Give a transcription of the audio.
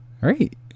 right